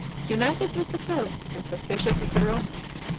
united with the pope, and suspicious of the romans,